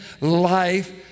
life